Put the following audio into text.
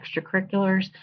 extracurriculars